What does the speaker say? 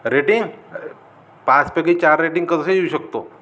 rating पाचपैकी चार rating कसंसही येऊ शकतो